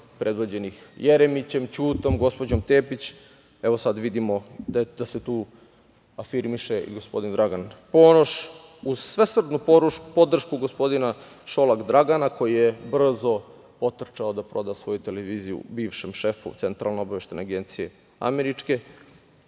predvođenih Jeremićem, Ćutom, gospođom Tepić, evo sad vidimo da se tu afirmiše i gospodin Dragan, Ponoš, uz svesrdnu podršku gospodina Šolak Dragana koji je brzo otrčao da proda svoju televiziju bivšem šefu Centralne obaveštajne agencije američke. Dakle,